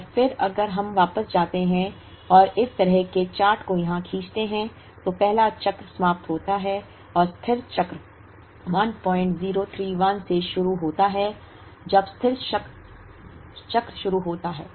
और फिर अगर हम वापस जाते हैं और इस तरह के चार्ट को यहां खींचते हैं तो पहला चक्र समाप्त होता है और स्थिर चक्र 1031 से शुरू होता है जब स्थिर चक्र शुरू होता है